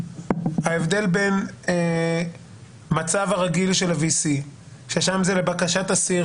ההבדל בין מצב הרגיל של ה-V.C ששם זה לבקשת אסיר